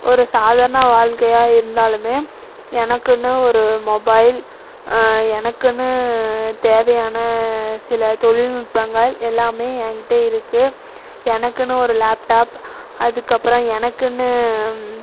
ஒரு சாதாரண வாழ்க்கையாக இருந்தாலும் எனக்குன்னு ஒரு மொபைல் எனக்குன்னு தேவையான சில தொழில்நுட்பங்கள் எல்லாம் என்கிட்ட இருக்கு எனக்குன்னு ஒரு லேப்டாப் அதுக்கப்புறம் எனக்குன்னு